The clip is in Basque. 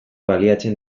baliatzen